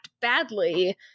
badly